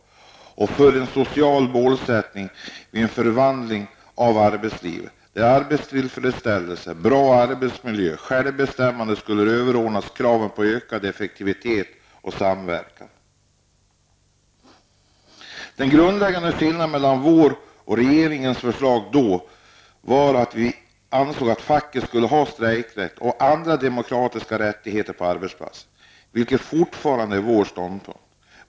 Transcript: Ett beslut med en social målsättning att vid en förvandling av arbetslivet skulle arbetstillfredsställelse, bra arbetsmiljö och självbestämmande överordnas kraven på ökad effektivitet och samverkan. Den grundläggande skillnaden mellan vårt och regeringens förslag då var att vi ansåg att facket skulle ha strejkrätt och andra demokratiska rättigheter på arbetsplatsen. Detta är fortfarande vår ståndpunkt.